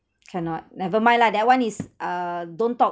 cannot never mind lah that one is uh don't talk